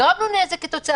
אנחנו מדברים על סגר